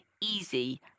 easy